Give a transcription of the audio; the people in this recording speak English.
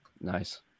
nice